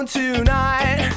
tonight